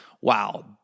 Wow